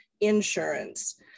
insurance